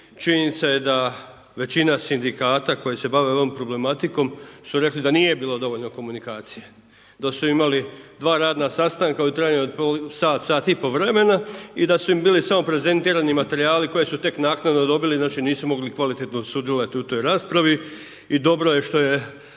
činjenica je da većina sindikata koji se bave ovom problematikom su rekli da nije bilo dovoljno komunikacije, da su imali dva radna sastanka u trajanju od sat, sat i pol vremena i da su im bili samo prezentirani materijali koje su tek naknadno dobili, znači nisu mogli kvalitetno sudjelovati u toj raspravi i dobro je što je